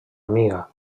amiga